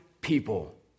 people